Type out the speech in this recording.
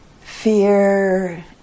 fear